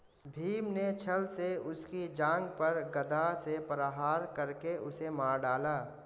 भीम ने छ्ल से उसकी जांघ पर गदा से प्रहार करके उसे मार डाला